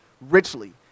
richly